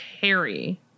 Harry